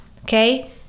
okay